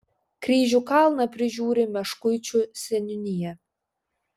kryžių kalną prižiūri meškuičių seniūnija